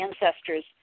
ancestors